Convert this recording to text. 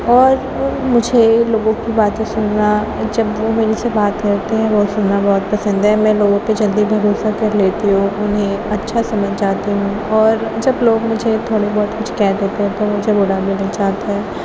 اور مجھے لوگوں کی باتیں سننا جب وہ میرے سے بات کرتے ہیں وہ سننا بہت پسند ہے میں لوگوں پہ جلدی بھروسہ کر لیتی ہوں انہیں اچھا سجھ جاتی ہوں اور جب لوگ مجھے تھوڑے بہت کچھ کہہ دہتے ہیں تو مجھے رلا دینے دل چاہتا ہے